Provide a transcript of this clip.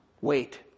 Wait